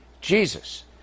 Jesus